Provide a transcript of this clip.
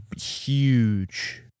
huge